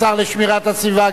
השר לשמירת הסביבה,